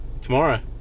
tomorrow